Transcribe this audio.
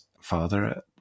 father